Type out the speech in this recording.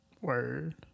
Word